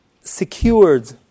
secured